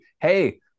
hey